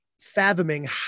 fathoming